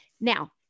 Now